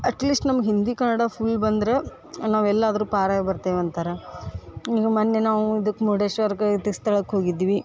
at least ನಮಗೆ Hindi Kannada full ಬಂದ್ರೆ ನಾವು ಎಲ್ಲಾದರೂ ಪಾರಾಗಿ ಬರ್ತೀವಿ ಅಂತಾರೆ ಈಗ ಮೊನ್ನೆ ನಾವು ಇದಕ್ ಮುರ್ಡೇಶ್ವರಕ್ಕೆ ಇದು ಸ್ಥಳಕ್ಕೆ ಹೋಗಿದ್ವಿ